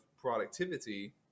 productivity